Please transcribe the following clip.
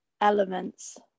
elements